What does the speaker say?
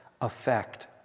effect